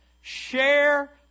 Share